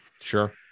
Sure